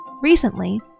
Recently